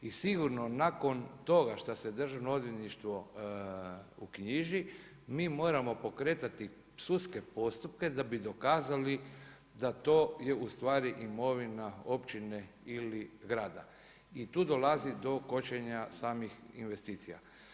I sigurno nakon toga šta se Državno odvjetništvo uknjiži mi moramo pokretati sudske postupke da bi dokazali da to je imovina općine ili grada i tu dolazi do kočenja samih investicija.